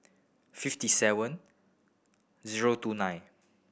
fifty seven zero two nine